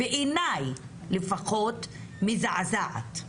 בעיניי לפחות, מזעזעת.